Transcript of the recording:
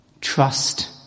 Trust